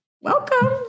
welcome